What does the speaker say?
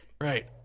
right